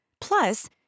Plus